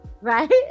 right